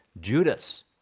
Judas